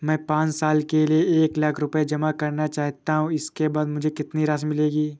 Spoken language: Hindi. मैं पाँच साल के लिए एक लाख रूपए जमा करना चाहता हूँ इसके बाद मुझे कितनी राशि मिलेगी?